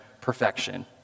perfection